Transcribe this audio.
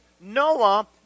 Noah